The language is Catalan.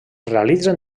realitzen